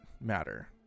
matter